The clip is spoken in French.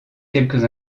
quelques